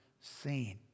seen